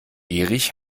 erich